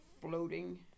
floating